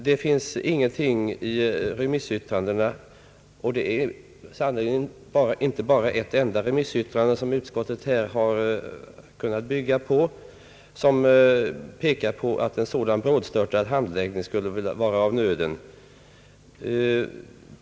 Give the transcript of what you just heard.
Det finns ingenting i remissyttrandena — och det är sannerligen inte bara ett enda remissyttrande som utskottet har kunnat bygga på — som tyder på att en brådstörtad handläggning skulle vara av nöden.